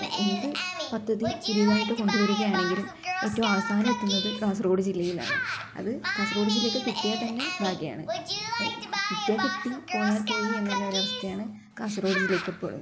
എന്ത് പദ്ധതി പുതിയതായിട്ട് കൊണ്ട് വരികയാണെങ്കിലും ഏറ്റവും അവസാനം എത്തുന്നത് കാസർഗോട് ജില്ലയിലാണ് അത് കാസർഗോട് ജില്ലക്ക് കിട്ടിയാൽ തന്നെ ഭാഗ്യമാണ് കിട്ടിയാൽ കിട്ടി പോയാൽ പോയി എന്നുള്ളൊരവസ്ഥയാണ് കാസർഗോട് ജില്ലക്ക് എപ്പോഴും